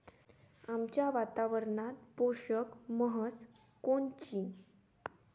आमच्या वातावरनात पोषक म्हस कोनची?